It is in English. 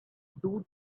two